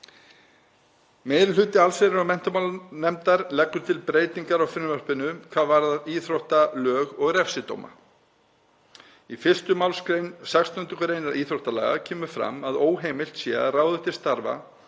Meiri hluti allsherjar- og menntamálanefndar leggur til breytingar á frumvarpinu hvað varðar íþróttalög og refsidóma. Í 1. mgr. 16. gr. íþróttalaga kemur fram að óheimilt sé að ráða til starfa